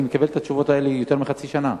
אני מקבל את התשובות האלה יותר מחצי שנה.